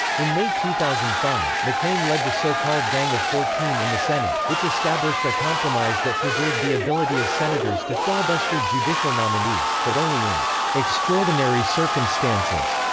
in may two thousand and five, mccain led the so-called gang of fourteen in the senate, which established a compromise that preserved the ability of senators to filibuster judicial nominees, but only in extraordinary circumstances.